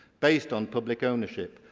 based on public ownership,